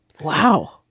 Wow